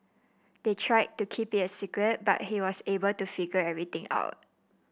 they tried to keep it a secret but he was able to figure everything out